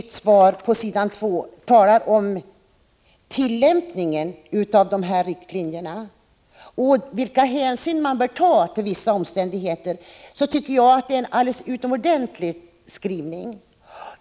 2i det utdelade svaret talar om tillämpningen av riktlinjerna för invandringsoch flyktingpolitiken och om vilken hänsyn som bör tas till vissa omständigheter.